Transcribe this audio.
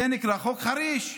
זה נקרא חוק חריש.